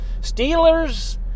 Steelers